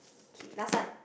okay last one